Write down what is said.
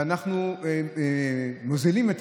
ואנחנו מוזילים את